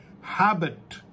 habit